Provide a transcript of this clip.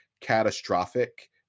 catastrophic